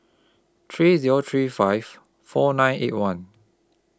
three Zero three five four nine eight one